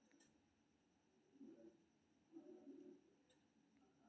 लोक ऑनलाइन अपन भूमि संबंधी अभिलेख कें देख सकै छै